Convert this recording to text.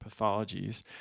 pathologies